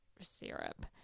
syrup